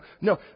No